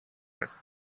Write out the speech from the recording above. his